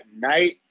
night